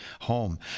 home